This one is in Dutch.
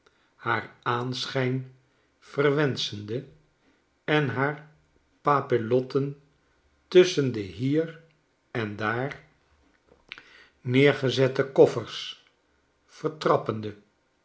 vloer haaraanzijn verwenschende en haar papillotten tusscheri de hier en daar neergezette koffers vertrappende